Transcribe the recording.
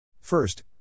First